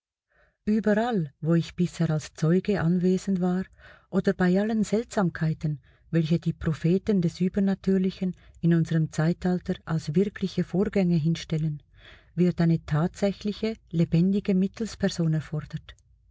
überall wobei ich bisher als zeuge anwesend war oder bei allen seltsamkeiten welche die propheten des übernatürlichen in unserem zeitalter als wirkliche vorgänge hinstellen wird eine tatsächliche lebendige mittelsperson erfordert